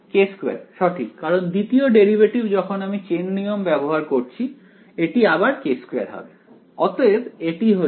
k2 সঠিক কারণ দ্বিতীয় ডেরিভেটিভ যখন আমি চেন নিয়ম ব্যবহার করছি এটি আবার k2 হবে